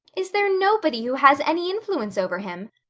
is there nobody who has any influence over him?